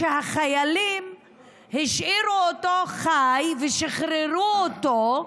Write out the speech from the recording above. הוא אמר שהחיילים השאירו אותו חי ושחררו אותו,